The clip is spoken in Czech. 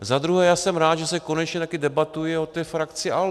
Zadruhé jsem rád, že se konečně taky debatuje o té frakci ALDE.